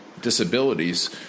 disabilities